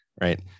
right